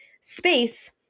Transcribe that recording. space